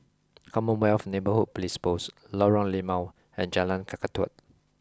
Commonwealth Neighbourhood Police Post Lorong Limau and Jalan Kakatua